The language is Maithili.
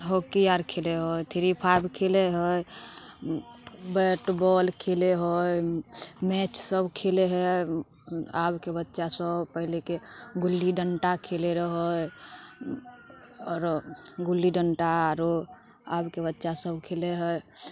हॉकी आर खेलै हइ थ्री फाइव खेलै हइ बैट बौल खेलै हइ मैच सभ खेलै हइ आबके बच्चा सभ पहिलेके गुल्ली डँटा खेलै रहै आओर गुल्ली डँटा आरो आबके बच्चा सभ खेले हइ